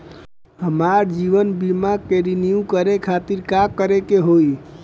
हमार जीवन बीमा के रिन्यू करे खातिर का करे के होई?